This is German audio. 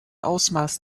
ausmaß